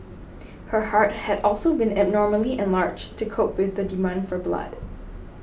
her heart had also been abnormally enlarged to cope with the demand for blood